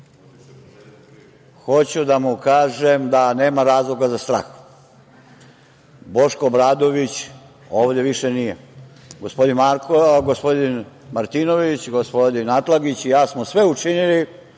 Hoću da mu kažem da nema razloga za strah. Boško Obradović ovde više nije. Gospodin Martinović, gospodin Atlagić i ja smo sve učinili